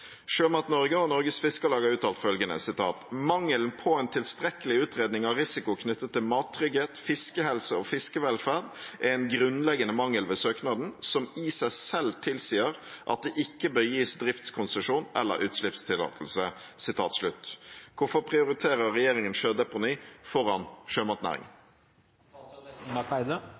Norge og Norges Fiskarlag har uttalt: «Mangelen på en tilstrekkelig utredning av risiko knyttet til mattrygghet, fiskehelse og fiskevelferd er en grunnleggende mangel ved søknaden, som i seg selv tilsier at det ikke bør gis driftskonsesjon eller utslippstillatelse.» Hvorfor prioriterer regjeringen sjødeponi foran